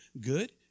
good